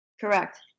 Correct